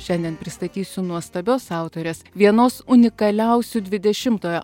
šiandien pristatysiu nuostabios autorės vienos unikaliausių dvidešimtojo